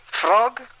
Frog